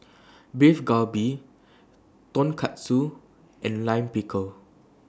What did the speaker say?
Beef Galbi Tonkatsu and Lime Pickle